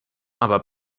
aber